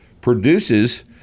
produces